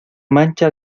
mancha